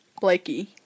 Blakey